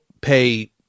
pay